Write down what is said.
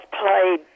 played